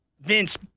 Vince